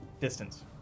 distance